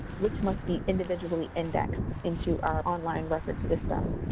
which must be individually indexed into our online record system.